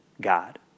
God